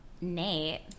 Nate